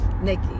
Nikki